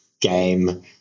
game